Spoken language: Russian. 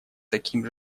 таким